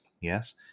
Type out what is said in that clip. Yes